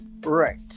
Right